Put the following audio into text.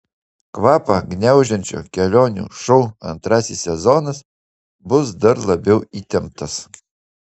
kvapą gniaužiančio kelionių šou antrasis sezonas bus dar labiau įtemptas